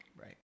Right